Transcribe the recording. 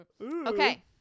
Okay